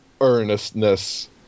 earnestness